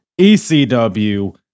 ECW